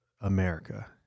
America